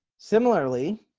similarly,